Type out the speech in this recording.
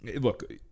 look